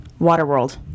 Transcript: Waterworld